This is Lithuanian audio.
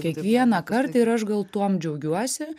kiekvieną kartą ir aš gal tuom džiaugiuosi